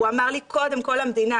הוא אמר לי, קודם כל המדינה.